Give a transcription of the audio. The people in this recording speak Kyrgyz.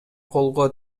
колго